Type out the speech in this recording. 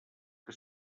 que